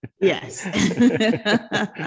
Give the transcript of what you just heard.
Yes